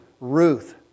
Ruth